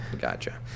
Gotcha